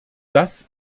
das